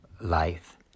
life